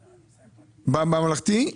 בממלכתי,